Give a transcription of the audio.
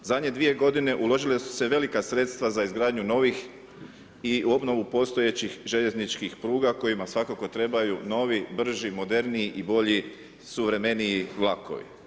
Zadnje 2 godine, uložila su se velika sredstva za izgradnju novih i obnovu postojećih željezničkih pruga kojima svakako trebaju novi, brži, moderniji i bolji suvremeniji vlakovi.